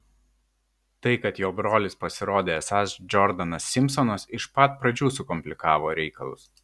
tai kad jo brolis pasirodė esąs džordanas simpsonas iš pat pradžių sukomplikavo reikalus